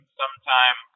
sometime